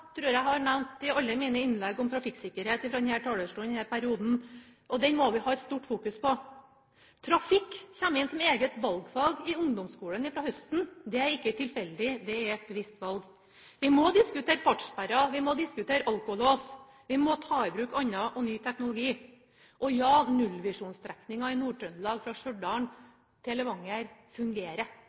jeg at jeg har nevnt i alle mine innlegg om trafikksikkerhet fra denne talerstolen i denne perioden. Den må vi ha et stort fokus på. Trafikk kommer inn som eget valgfag i ungdomsskolen fra høsten. Det er ikke tilfeldig – det er et bevisst valg. Vi må diskutere fartssperrer, vi må diskutere alkolås, og vi må ta i bruk annen og ny teknologi. Og ja, nullvisjonsstrekninga i Nord-Trøndelag fra Stjørdal til Levanger fungerer.